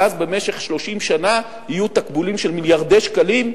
ואז במשך 30 שנה יהיו תגמולים של מיליארדי שקלים.